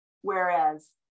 Whereas